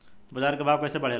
बाजार के भाव कैसे बढ़े ला?